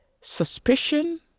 Suspicion